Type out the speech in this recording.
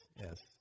Yes